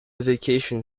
vacation